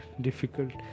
difficult